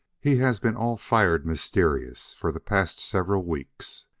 he has been all-fired mysterious for the past several weeks.